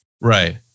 Right